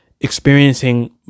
experiencing